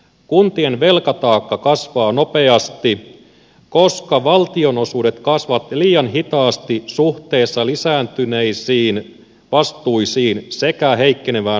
kuntien velkataakka kasvaa nopeasti koska valtionosuudet kasvavat liian hitaasti suhteessa lisääntyneisiin vastuisiin sekä heikkenevään huoltosuhteeseen